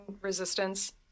Resistance